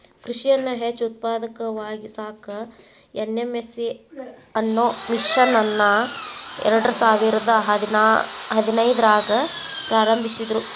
ಕೃಷಿಯನ್ನ ಹೆಚ್ಚ ಉತ್ಪಾದಕವಾಗಿಸಾಕ ಎನ್.ಎಂ.ಎಸ್.ಎ ಅನ್ನೋ ಮಿಷನ್ ಅನ್ನ ಎರ್ಡಸಾವಿರದ ಹದಿನೈದ್ರಾಗ ಪ್ರಾರಂಭಿಸಿದ್ರು